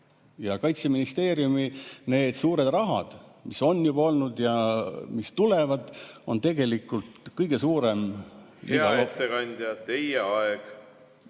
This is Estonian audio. Kaitseministeeriumi suured rahad, mis on juba olnud ja mis tulevad, on tegelikult kõige suurem ... Hea ettekandja, teie aeg!